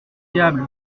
diable